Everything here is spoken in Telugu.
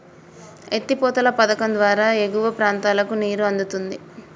ఎత్తి పోతల పధకం ద్వారా ఎగువ ప్రాంతాలకు నీరు అందుతుంది